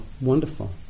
wonderful